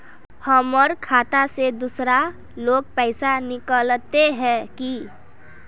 हमर खाता से दूसरा लोग पैसा निकलते है की?